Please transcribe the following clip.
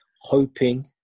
hoping